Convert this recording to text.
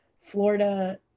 Florida